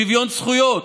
שוויון זכויות,